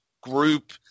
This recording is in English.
group